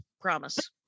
Promise